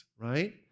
right